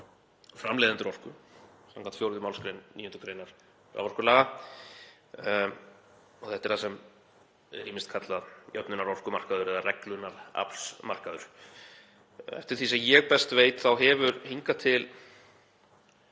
raforkulaga. Þetta er það sem er ýmist kallað jöfnunarorkumarkaður eða reglunaraflsmarkaður. Eftir því sem ég best veit þá hefur hingað til